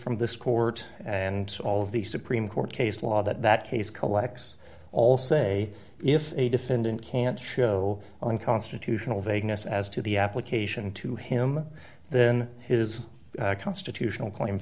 from this court and all of the supreme court case law that case collects all say if a defendant can't show on constitutional vagueness as to the application to him then his constitutional claim